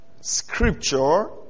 Scripture